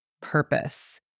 purpose